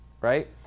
right